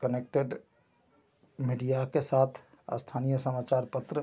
connected media के साथ स्थानीय समाचा पत्र